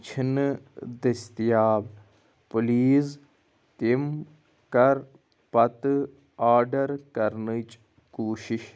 چھِنہٕ دستیاب پٕلیٖز یِم کر پتہٕ آرڈَر کرنٕچ کوٗشِش